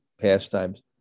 pastimes